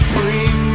Bring